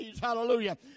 Hallelujah